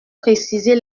préciser